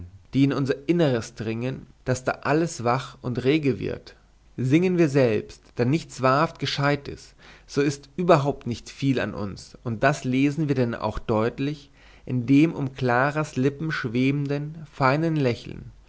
die in unser innerstes dringen daß da alles wach und rege wird singen wir selbst dann nichts wahrhaft gescheutes so ist überhaupt nicht viel an uns und das lesen wir denn auch deutlich in dem um claras lippen schwebenden feinen lächeln